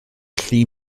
llu